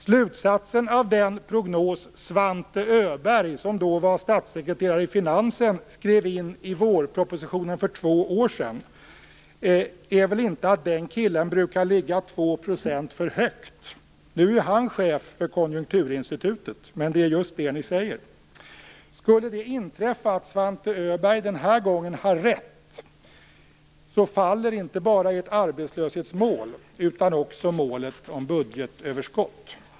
Slutsatsen av den prognos Svante Öberg, som då var statssekreterare i finansen, skrev in i vårpropositionen för två år sedan är väl inte att den killen brukar ligga 2 % för högt. Nu är han chef för Konjunkturinstitutet, men det är just det ni säger. Skulle det inträffa att Svante Öberg den här gången har rätt faller inte bara ert arbetslöshetsmål utan också målet om budgetöverskottet.